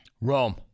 Rome